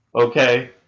Okay